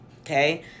Okay